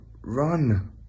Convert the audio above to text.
run